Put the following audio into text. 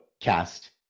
Cast